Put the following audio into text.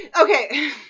Okay